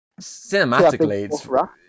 Cinematically